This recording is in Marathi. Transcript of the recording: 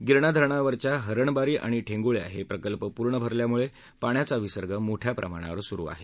गिरणा धरणावरच्या हरणबारी आणि ठेंगुळ्या हे प्रकल्प पूर्ण भरल्यामुळे पाण्याचा विसर्ग मोठ्या प्रमाणावर सुरू आहे